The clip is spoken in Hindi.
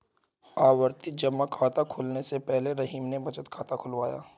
आवर्ती जमा खाता खुलवाने से पहले रहीम ने बचत खाता खुलवाया